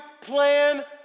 plan